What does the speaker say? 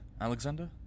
Alexander